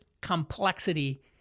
complexity